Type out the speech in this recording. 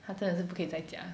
她真的是不可以在家